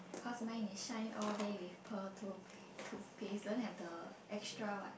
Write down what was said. cause my is shine all day with pearl toothpaste toothpaste don't have the extra what